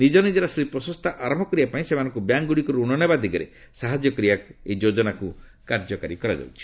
ନିଜନିଜର ଶିଳ୍ପସଂସ୍ଥା ଆରମ୍ଭ କରିବା ପାଇଁ ସେମାନଙ୍କୁ ବ୍ୟାଙ୍କ ଗୁଡ଼ିକରୁ ରଣ ନେବା ଦିଗରେ ସାହାଯ୍ୟ କରିବାକୁ ଏହି ଯୋଜନାକୁ କାର୍ଯ୍ୟକାରୀ କରାଯାଉଛି